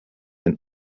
and